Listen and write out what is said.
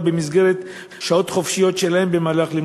במסגרת שעות חופשיות שלהם במהלך לימודיהם.